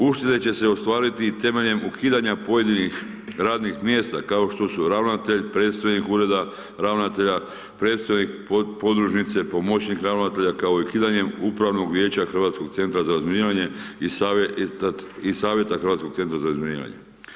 Uštede će se ostvariti i temeljem ukidanja pojedinih radnih mjesta, kao što su ravnatelj, predstojnik ureda ravnatelja, predstavnik podružnice, pomoćnik ravnatelja kao i ukidanjem Upravnog vijeća Hrvatskog centra za razminiranje i savjeta Hrvatskog centra za razminiranje.